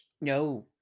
No